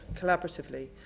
collaboratively